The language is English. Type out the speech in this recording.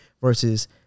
versus